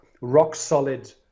rock-solid